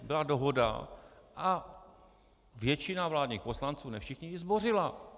Byla dohoda a většina vládních poslanců, ne všichni, ji zbořila.